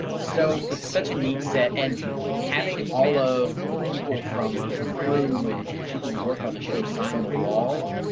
so it's such a neat set. and having all of the people from the crew and and people who work on the show sign the wall.